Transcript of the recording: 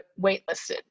waitlisted